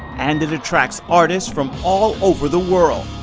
and it attracts artists from all over the world.